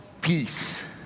peace